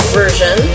version